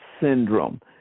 syndrome